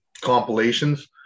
compilations